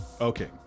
Okay